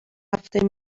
هفته